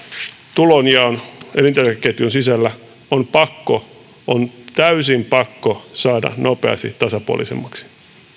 tulonjako elintarvikeketjun sisällä on pakko on täysin pakko saada nopeasti tasapuolisemmaksi